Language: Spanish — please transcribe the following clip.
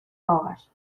ahogas